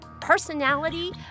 personality